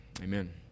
amen